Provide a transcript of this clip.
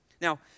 Now